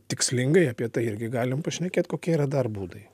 tikslingai apie tai irgi galim pašnekėt kokie yra dar būdai